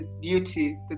Beauty